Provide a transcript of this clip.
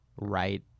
right